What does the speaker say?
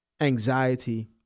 anxiety